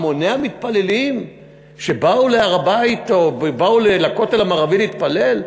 להמוני המתפללים שבאו להר-הבית או לכותל המערבי להתפלל?